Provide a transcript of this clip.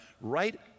right